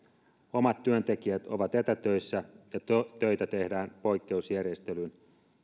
omat työntekijät ovat etätöissä ja töitä tehdään poikkeusjärjestelyin